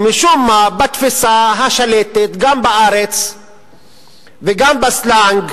שמשום מה, בתפיסה השלטת, גם בארץ וגם בסלנג,